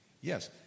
Yes